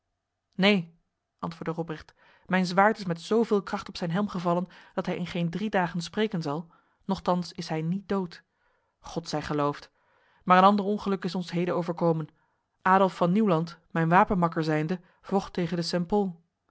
neen antwoordde robrecht mijn zwaard is met zoveel kracht op zijn helm gevallen dat hij in geen drie dagen spreken zal nochtans is hij niet dood god zij geloofd maar een ander ongeluk is ons heden overkomen adolf van nieuwland mijn wapenmakker zijnde vocht tegen de